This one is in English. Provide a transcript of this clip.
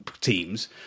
teams